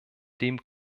dem